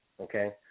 Okay